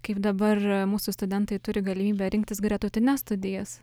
kaip dabar mūsų studentai turi galimybę rinktis gretutines studijas